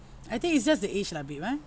I think it's just the age lah babe ah